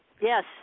Yes